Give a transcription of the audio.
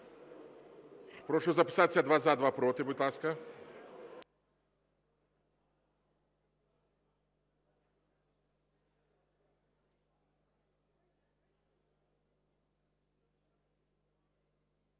Прошу записатися: два – за, два – проти, будь ласка.